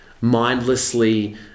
mindlessly